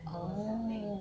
oh